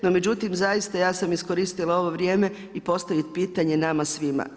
No međutim zaista ja sam iskoristila ovo vrijeme i postavit pitanje nama svima.